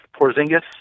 Porzingis